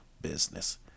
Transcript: business